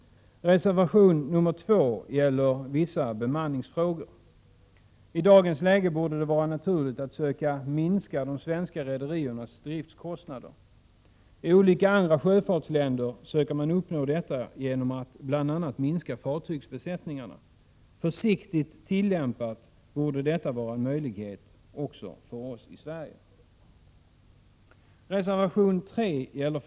Reservation nr 2 gäller vissa bemanningsfrågor. I dagens läge borde det vara naturligt att söka minska de svenska rederiernas driftskostnader. I andra sjöfartsländer försöker man uppnå detta genom att bl.a. minska fartygsbesättningarna. Försiktigt tillämpat borde detta vara en möjlighet också för oss i Sverige.